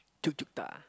tuk-tuk yeah